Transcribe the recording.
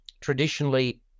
traditionally